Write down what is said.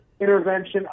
intervention